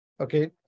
okay